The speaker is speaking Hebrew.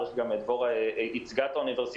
כי בסוף אני מעריך גם את דבורה שייצגה את האוניברסיטאות,